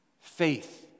Faith